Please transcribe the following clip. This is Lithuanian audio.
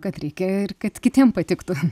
kad reikia ir kad kitiem patiktų